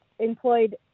Employed